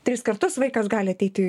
tris kartus vaikas gali ateit į